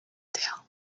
terre